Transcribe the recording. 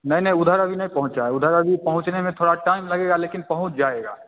नहीं नहीं उधर अभी नहीं पहुँचा है उधर अभी पहुँचने में थोड़ा टाइम लगेगा लेकिन पहुँच जाएगा